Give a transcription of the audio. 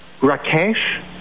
Rakesh